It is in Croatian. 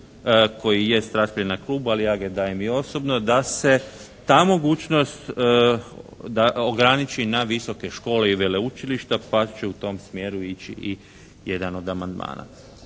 se ne razumije./ … klubu ali ja ga dajem i osobno da se ta mogućnost ograniči na visoke škole i veleučilišta pa će u tom smjeru ići i jedan od amandmana.